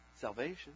salvation